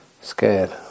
scared